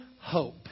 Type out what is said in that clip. hope